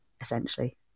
essentially